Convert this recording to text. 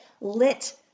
lit